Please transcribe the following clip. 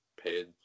paid